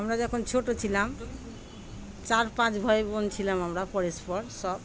আমরা যখন ছোটো ছিলাম চার পাঁচ ভাই বোন ছিলাম আমরা পরস্পর সব